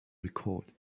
record